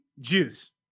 Juice